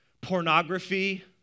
pornography